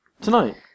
Tonight